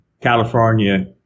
California